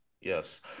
Yes